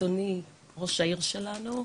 אדוני ראש העיר שלנו,